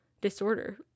disorder